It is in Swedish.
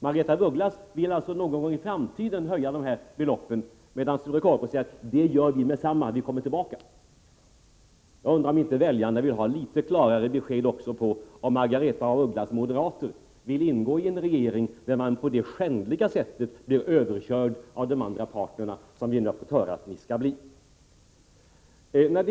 Margaretha af Ugglas vill alltså någon gång i framtiden höja bidragsbeloppen, medan Sture Korpås säger sig vilja göra det med detsamma. Jag undrar om inte väljarna vill ha klarare besked huruvida Margaretha af Ugglas moderater vill ingå i en regering där de på detta skändliga sätt blir överkörda av de andra borgerliga partierna.